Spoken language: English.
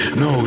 no